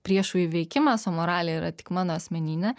priešų įveikimas o moralė yra tik mano asmeninė